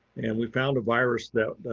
and we found a virus that,